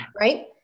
right